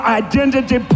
identity